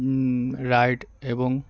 ride এবং